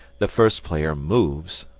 the first player moves,